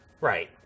Right